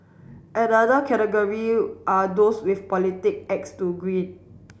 another category are those with a politic axe to grin